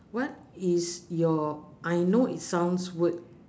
what is your I know it sounds weird